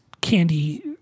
candy